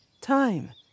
Time